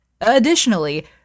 Additionally